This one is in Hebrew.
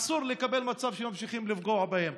אסור לקבל מצב שממשיכים לפגוע בהם.